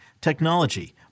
technology